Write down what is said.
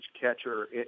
catcher